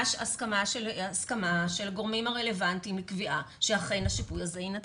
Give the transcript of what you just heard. הסכמה של הגורמים הרלוונטיים עם קביעה שאכן השיפוי הזה יינתן.